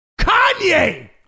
Kanye